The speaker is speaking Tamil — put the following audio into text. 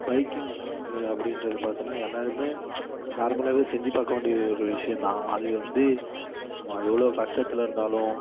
பைக்கிங் அப்படின்றத பார்த்தன்னா எல்லாருமே நார்மலாகவே செஞ்சு பார்க்க வேண்டிய ஒரு விசயம்தான் அது வந்து மா எவ்வளோ கஷ்டத்தில் இருந்தாலும்